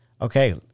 okay